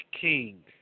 king